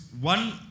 one